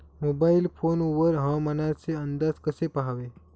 Mobile phone वर हवामानाचे अंदाज कसे पहावे?